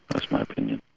that's my opinion.